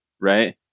right